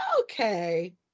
Okay